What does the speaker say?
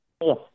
Yes